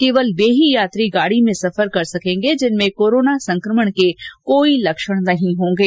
केवल वे ही यात्री गाड़ी में सफर कर सकेंगे जिनमें कोरोना संकमण के कोई लक्षण नहीं होंगे